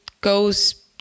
goes